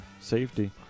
safety